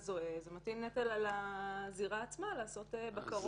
אנחנו מדברים על גופים שלרובם אין ייצוג פה כמו שאתם רואים.